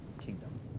kingdom